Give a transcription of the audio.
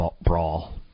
brawl